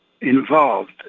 involved